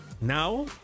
Now